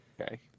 Okay